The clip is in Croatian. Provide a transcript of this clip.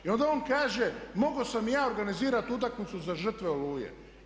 I onda on kaže mogao sam ja organizirati utakmicu za žrtve Oluje.